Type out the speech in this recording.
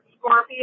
Scorpio